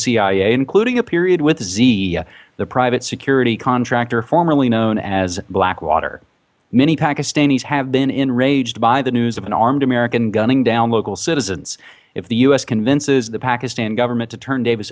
cia including a period with xe the private security contractor formerly known as blackwater many pakistanis have been enraged by the news of an armed american gunning down local citizens if the u s convinces the pakistan government to turn davis